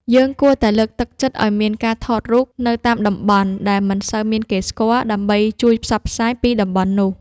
យើងគួរតែលើកទឹកចិត្តឱ្យមានការថតរូបនៅតាមតំបន់ដែលមិនសូវមានគេស្គាល់ ដើម្បីជួយផ្សព្វផ្សាយពីតំបន់នោះ។